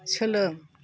सोलों